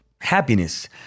happiness